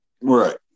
right